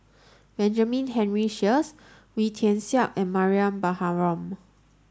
Benjamin Henry Sheares Wee Tian Siak and Mariam Baharom